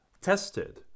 tested